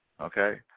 Okay